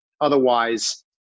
Otherwise